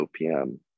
OPM